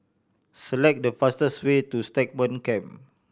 select the fastest way to Stagmont Camp